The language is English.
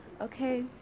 Okay